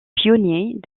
pionniers